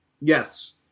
Yes